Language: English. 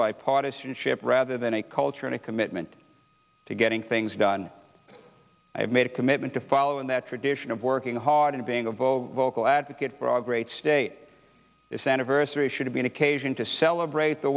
by partisanship rather than a culture and a commitment to getting things done i have made a commitment to follow in that tradition of working hard and being a voter vocal advocate for our great state this anniversary should be an occasion to celebrate the